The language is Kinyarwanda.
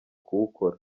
kuwukora